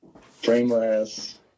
Frameless